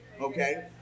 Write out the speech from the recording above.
Okay